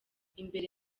imbere